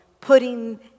putting